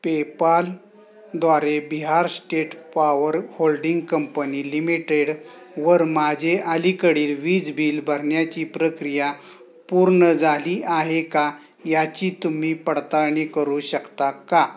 पेपालद्वारे Bihar state power holding company लिमिटेडवर माझे अलीकडील वीज बिल भरण्याची प्रक्रिया पूर्ण झाली आहे का याची तुम्ही पडताळणी करू शकता का